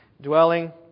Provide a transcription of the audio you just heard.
dwelling